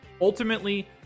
Ultimately